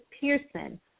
Pearson